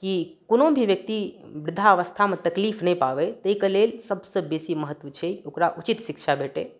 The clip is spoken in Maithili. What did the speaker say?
कि कोनो भी व्यक्ति वृद्धावस्थामे तकलीफ नहि पाबय ताहिके लेल सभसँ बेसी महत्व छै ओकरा उचित शिक्षा भेटय